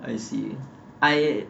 I see I